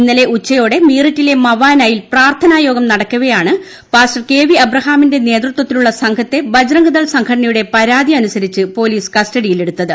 ഇന്നലെ ഉച്ചയോടെ മീററ്റിലെ മവാനായിൽ പ്രാർത്ഥനാ യോഗം നടക്കവെയാണ് പാസ്റ്റർ കെവി അബ്രഹാമിന്റെ നേതൃത്വത്തിലുള്ള സംഘത്തെ ബജ്രംഗ്ദൾ സംഘടനയുടെ പരാതി അനുസരിച്ച് പോലീസ് കസ്റ്റഡിയിൽ എടുത്തത്